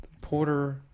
Porter